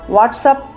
WhatsApp